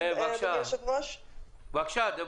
בבקשה.